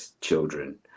children